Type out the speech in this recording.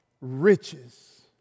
riches